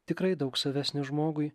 tikrai daug žavesnis žmogui